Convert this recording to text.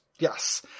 Yes